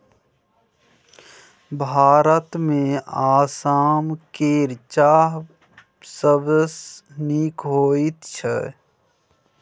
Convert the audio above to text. भारतमे आसाम केर चाह सबसँ नीक होइत छै